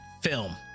film